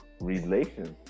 relations